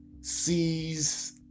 sees